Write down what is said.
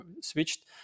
switched